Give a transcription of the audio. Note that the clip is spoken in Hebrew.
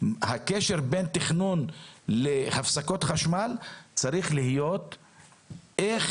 הקשר בין תכנון להפסקות חשמל צריך להיות איך